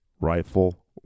Rifle